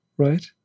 Right